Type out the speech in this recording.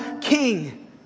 king